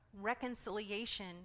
reconciliation